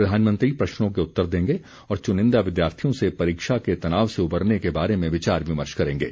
प्रधानमंत्री प्रश्नों के उत्तर देंगे और चुनिंदा विद्यार्थियों से परीक्षा के तनाव से उबरने के बारे में विचार विमर्श करेंगे